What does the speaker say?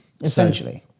Essentially